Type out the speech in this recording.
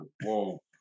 Whoa